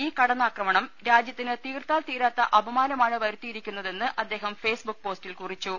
ഈ കടന്നാക്രമണം രാജ്യ ത്തിന് തീർത്താൽ തീരാത്ത അപമാനമാണ് വരുത്തിയിരിക്കുന്ന തെന്ന് അദ്ദേഹം ഫെയ്സ്ബുക്ക് പോസ്റ്റിൽ കുറിച്ചു